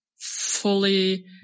fully